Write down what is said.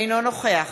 אינו נוכח